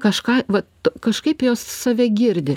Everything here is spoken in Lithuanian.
kažką va kažkaip jos save girdi